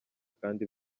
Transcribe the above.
kandi